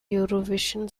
eurovision